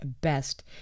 best